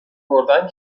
بردن